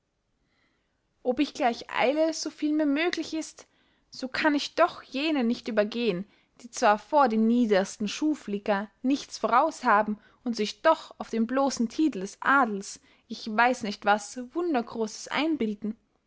ob ich gleich eile so viel mir möglich ist so kann ich doch jene nicht übergehen die zwar vor dem niedersten schuflicker nichts voraus haben und sich doch auf den blossen titel des adels ich weiß nicht was wundergrosses einbilden